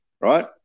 right